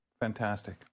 fantastic